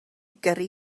gyrru